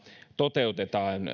toteutetaan